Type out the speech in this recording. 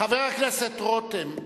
חבר הכנסת רותם,